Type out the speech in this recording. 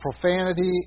profanity